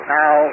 Now